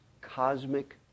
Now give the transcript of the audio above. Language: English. cosmic